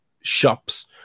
shops